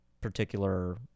particular